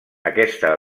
aquesta